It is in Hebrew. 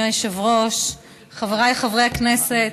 חבריי חברי הכנסת,